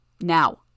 Now